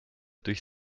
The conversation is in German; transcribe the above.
durch